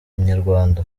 inyarwanda